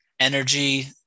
energy